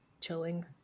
chilling